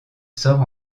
sort